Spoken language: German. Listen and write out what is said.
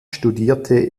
studierte